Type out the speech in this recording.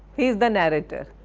he is the narrator.